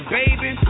baby